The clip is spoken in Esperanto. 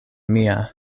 mia